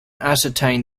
ascertain